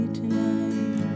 tonight